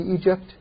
Egypt